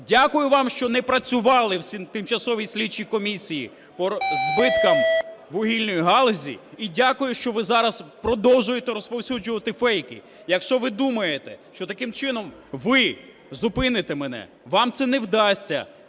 Дякую вам, що не працювали у Тимчасовій слідчій комісії по збитками вугільної галузі. І дякую, що ви зараз продовжуєте розповсюджувати фейки. Якщо ви думаєте, що таким чином ви зупините мене, вам це не вдасться.